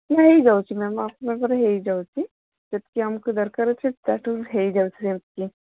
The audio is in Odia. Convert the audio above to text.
ହୋଇଯାଉଛି ମ୍ୟାମ୍ ଆପଣଙ୍କର ହୋଇଯାଉଛି ଯେତିକି ଆମକୁ ଦରକାର ଅଛି ତା ଠୁ ହୋଇଯାଉଛି ସେମିତି